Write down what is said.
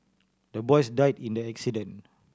the boys died in the accident